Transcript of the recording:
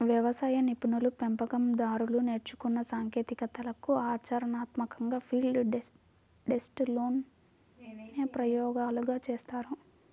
వ్యవసాయ నిపుణులు, పెంపకం దారులు నేర్చుకున్న సాంకేతికతలను ఆచరణాత్మకంగా ఫీల్డ్ డేస్ లోనే ప్రయోగాలు చేస్తారు